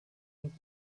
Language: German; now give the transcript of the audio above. und